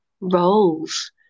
roles